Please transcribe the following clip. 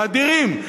האדירים,